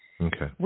Okay